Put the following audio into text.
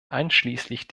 einschließlich